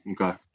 okay